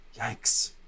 Yikes